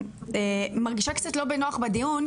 אני מרגישה קצת לא בנוח בדיון,